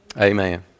Amen